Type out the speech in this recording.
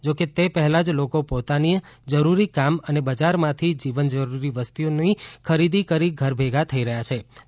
જો કે તે પહેલાં જ લોકો પોતાનાં જરૂરી કામ અને બજારમાંથી જીવનજરૂરી ચીજવસ્તુઓની ખરીદી કરી ઘરભેગા થઈ ગયા હતાં